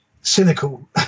cynical